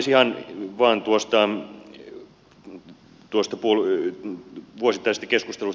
ihan vain tuosta vuosittaisesta keskustelusta